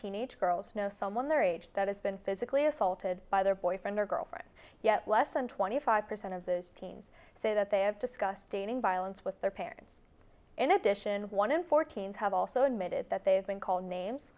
teenage girls know someone their age that has been physically assaulted by their boyfriend or girlfriend yet less than twenty five percent of the teens say that they have discussed dating violence with their parents in addition one in fourteen have also admitted that they have been called names